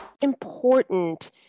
Important